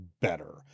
better